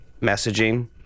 messaging